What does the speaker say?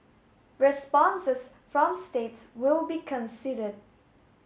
responses from states will be considered